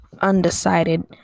undecided